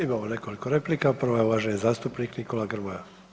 Imamo nekoliko replika, prva je uvaženi zastupnik Nikola Grmoja.